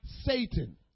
Satan